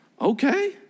Okay